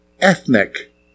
ethnic